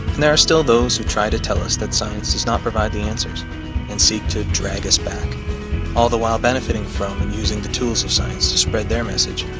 and there are still those who try to tell us that science does not provide the answers and seek to drag us back all the while benefiting from and using the tools of science to spread their message